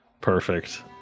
Perfect